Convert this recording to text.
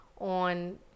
on